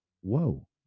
whoa